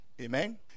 Amen